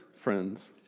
friends